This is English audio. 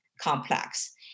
complex